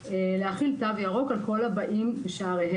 להחיל תו ירוק על כל הבאים בשעריהם.